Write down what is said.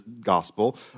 gospel